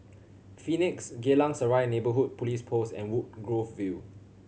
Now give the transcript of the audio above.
Phoenix Geylang Serai Neighbourhood Police Post and Woodgrove View